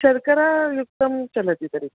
शर्करायुक्तं चलति तर्हि